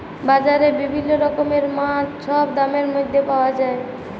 বাজারে বিভিল্ল্য রকমের মাছ ছব দামের ম্যধে পাউয়া যায়